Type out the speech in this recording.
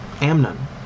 Amnon